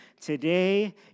today